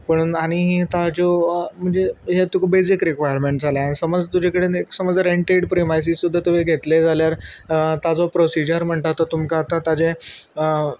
पूणून आनी ताज्यो म्हणजे हे तुका बेसीक रिक्वायरमेंट्स जाले आनी समज तुजे कडेन समज रेंनटेड प्रिमायसीस सुद्दां तुवें घेतलें जाल्यार ताजो प्रोसिजर म्हणटा तो तुमकां आतां ताजें